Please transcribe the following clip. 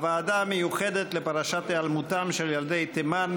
לוועדה המיוחדת לפרשת היעלמותם של ילדי תימן,